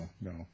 no